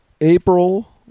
April